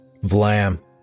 Vlam